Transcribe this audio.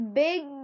big